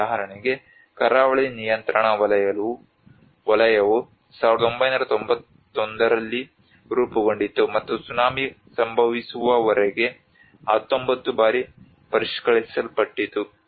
ಉದಾಹರಣೆಗೆ ಕರಾವಳಿ ನಿಯಂತ್ರಣ ವಲಯವು 1991 ರಲ್ಲಿ ರೂಪುಗೊಂಡಿತು ಮತ್ತು ಸುನಾಮಿ ಸಂಭವಿಸುವವರೆಗೆ 19 ಬಾರಿ ಪರಿಷ್ಕರಿಸಲ್ಪಟ್ಟಿತು